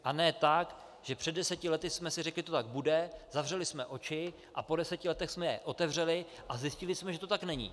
A ne tak, že před deseti lety jsme si řekli, že to tak bude, zavřeli jsme oči a po deseti letech jsme je otevřeli a zjistili jsme, že to tak není.